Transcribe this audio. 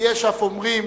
ויש אף אומרים